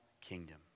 kingdom